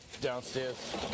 Downstairs